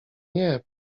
nie